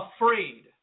afraid